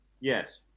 Yes